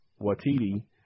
Watiti